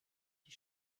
die